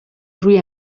روی